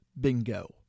Bingo